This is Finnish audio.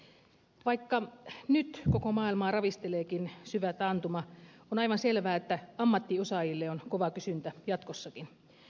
vaikka nyt koko maailmaa ravisteleekin syvä taantuma on aivan selvää että ammattiosaajille on kova kysyntä jatkossakin